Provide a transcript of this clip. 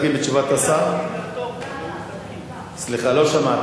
את האירוע ללא נפגעים וללא גרימת נזק למעורבים.